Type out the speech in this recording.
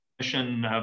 mission